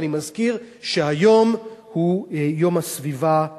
ואני מזכיר שהיום הוא יום הסביבה בכנסת.